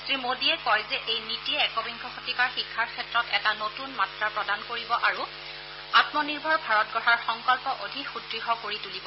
শ্ৰীমোদীয়ে কয় যে এই নীতিয়ে একবিংশ শতিকাৰ শিক্ষাৰ ক্ষেত্ৰত এটা নতুন মাত্ৰ প্ৰদান কৰিব আৰু আত্মনিৰ্ভৰ ভাৰত গঢ়াৰ সংকল্প অধিক সুদৃঢ় কৰি তুলিব